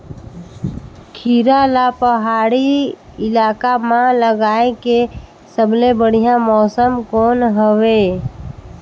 खीरा ला पहाड़ी इलाका मां लगाय के सबले बढ़िया मौसम कोन हवे?